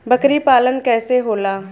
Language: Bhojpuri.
बकरी पालन कैसे होला?